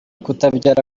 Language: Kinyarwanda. kutabyara